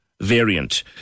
variant